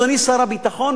אדוני שר הביטחון,